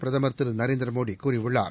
பிரதமர் திரு நரேந்திர மோடி கூறியுள்ளார்